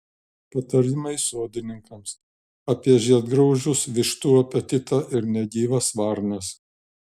patarimai sodininkams apie žiedgraužius vištų apetitą ir negyvas varnas